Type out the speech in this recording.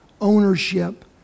ownership